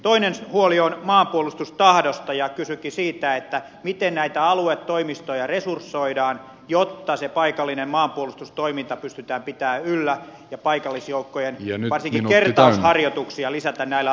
toinen huoli on maanpuolustustahdosta ja kysynkin siitä miten näitä aluetoimistoja resursoidaan jotta se paikallinen maanpuolustustoiminta pystytään pitämään yllä ja varsinkin paikallisjoukkojen kertausharjoituksia lisäämään näillä alueilla joista varuskunta lakkautetaan